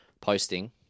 posting